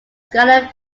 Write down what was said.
scarlet